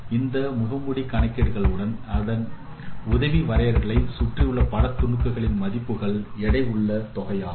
அதே முகமூடி கணக்கீடுகள் உடன் அதன் உதவி வரையறையை சுற்றியுள்ள பட துணுக்குகலின் மதிப்புகள் எடை உள்ள தொகையாகும்